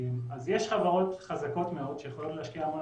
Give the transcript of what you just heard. אז יש חברות חזקות מאוד שיכולות להשקיע המון